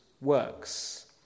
works